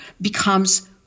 becomes